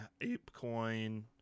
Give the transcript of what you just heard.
ApeCoin